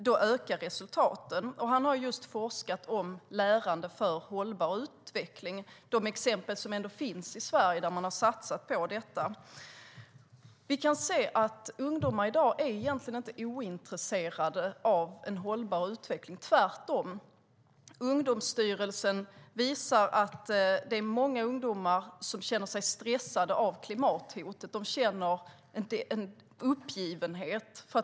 Han har forskat om just lärande för hållbar utveckling och de exempel i Sverige där man har satsat på detta. Vi kan se att ungdomar i dag egentligen inte är ointresserade av hållbar utveckling, tvärtom. Ungdomsstyrelsen visar att många ungdomar känner sig stressade av klimathotet och känner en uppgivenhet.